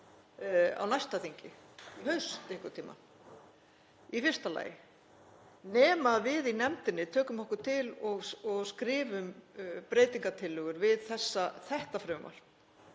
á næsta þingi, í haust einhvern tímann, í fyrsta lagi, nema við í nefndinni tökum okkur til og skrifum breytingartillögur við þetta frumvarp